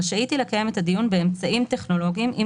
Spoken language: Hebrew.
רשאית היא לקיים את הדיון באמצעים טכנולוגיים אם